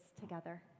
together